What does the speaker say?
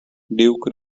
duke